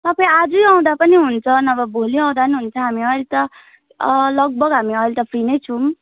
तपाईँ आजै आउँदा पनि हुन्छ न भए भोलि आउँदा नि हुन्छ हामी अहिले त लगभग हामी अहिले त फ्री नै छौँ